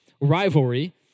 rivalry